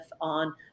on